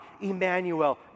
Emmanuel